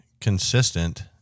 consistent